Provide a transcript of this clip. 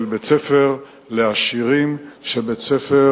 בית-ספר לעשירים, בית-ספר